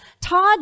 Todd